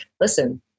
listen